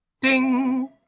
ding